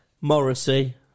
Morrissey